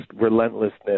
relentlessness